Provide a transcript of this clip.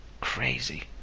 Crazy